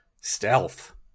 Stealth